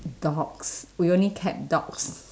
dogs we only kept dogs